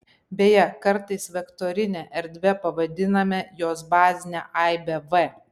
beje kartais vektorine erdve pavadiname jos bazinę aibę v